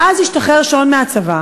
ואז השתחרר שון מהצבא